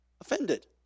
offended